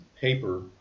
paper